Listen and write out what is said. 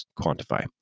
quantify